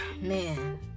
man